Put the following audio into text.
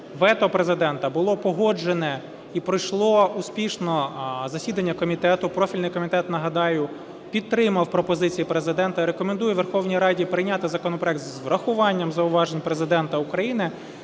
вето Президента було погоджене і пройшло успішно засідання комітету, профільний комітет, нагадаю, підтримав пропозиції Президента і рекомендує Верховній Раді прийняти законопроект з врахуванням зауважень Президента України.Цце